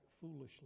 foolishly